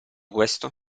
questo